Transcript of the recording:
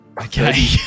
Okay